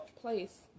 place